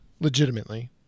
Legitimately